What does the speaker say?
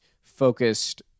focused